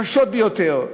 קשות ביותר,